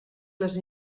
les